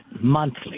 monthly